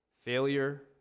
failure